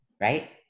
right